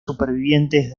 supervivientes